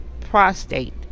prostate